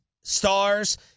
Stars